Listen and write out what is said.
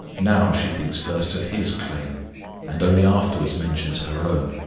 now she thinks first of his claim and only afterwards mentions her own.